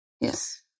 Yes